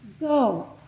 go